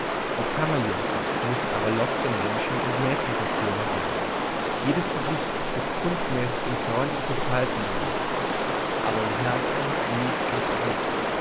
die kammerjunker müssen aber lockere menschen und mädchenverführer sein jedes gesicht ist kunstmäßig in freundliche falten gelegt aber im herzen lug und trug